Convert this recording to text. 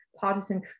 partisan